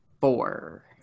four